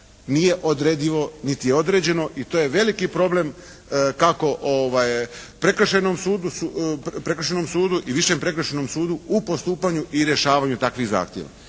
nije odredivo niti je određeno i to je veliki problem kako Prekršajnom sudu i Višem prekršajnom sudu u postupanju i rješavanju takvih zahtjeva